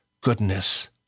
goodness